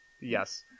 Yes